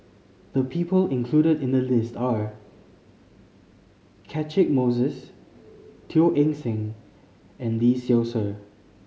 the people included in the list are Catchick Moses Teo Eng Seng and Lee Seow Ser